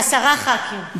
ועשרה ח"כים.